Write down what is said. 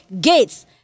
gates